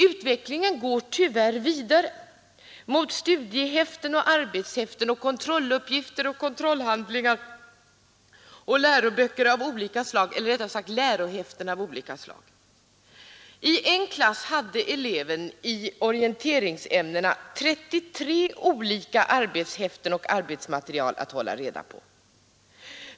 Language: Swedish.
Utvecklingen går tyvärr vidare mot studiehäften och arbetshäften, mot kontrolluppgifter och kontrollhandlingar och mot läroböcker — eller rättare sagt lärohäften — av olika slag. I en klass hade eleven i orienteringsämnena 33 olika arbetshäften och annat arbetsmaterial att hålla reda på.